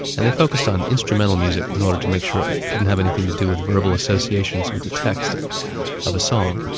and they focused on instrumental music and order to make sure it didn't have anything to do with verbal associations with the text of a song.